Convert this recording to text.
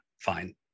fine